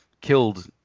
killed